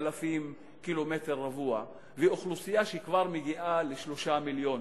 כ-6,000 קמ"ר ואוכלוסייה שכבר מגיעה ל-3 מיליון,